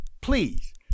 please